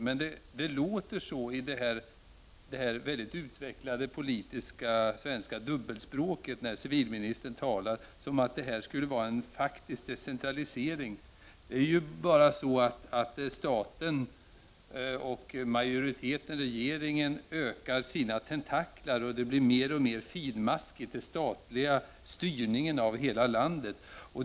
Men det låter på det utvecklade politiska dubbelspråk som civilministern talar som om detta skulle innebära en faktisk decentralisering. Staten, majoriteten och regeringen får fler tentakler och den statliga styrningen av hela landet blir mer och mer finmaskig.